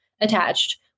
attached